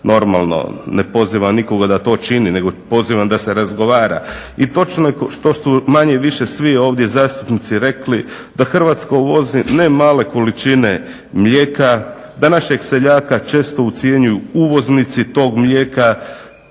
Normalno ne pozivam nikoga da to čini nego pozivam da se razgovara. I točno je što su manje-više svi ovdje zastupnici rekli da Hrvatska uvozi ne male količine mlijeka, da našeg seljaka često ucjenjuju uvoznici tog mlijeka,